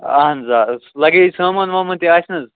اَہَن حظ آ لَگیج سامان وامان تہِ آسہِ نہٕ حظ